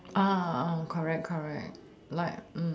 correct correct like